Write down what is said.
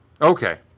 Okay